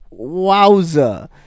Wowza